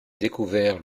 découvert